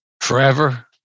forever